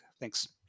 Thanks